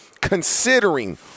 Considering